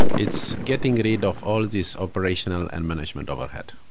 it's getting getting rid of all these operational and management overhead.